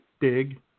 Dig